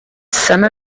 some